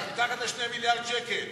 מתחת ל-2 מיליארדי שקל.